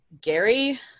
Gary